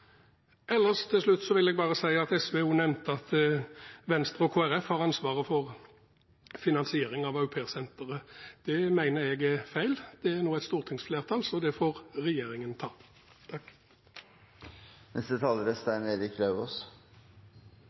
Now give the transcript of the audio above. Til slutt vil jeg bare si at SV også nevnte at Venstre og Kristelig Folkeparti har ansvaret for finansieringen av aupairsenteret. Det mener jeg er feil. Det er nå et stortingsflertall, så det får regjeringen ta.